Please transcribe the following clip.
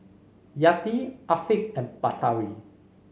Yati Afiq and Batari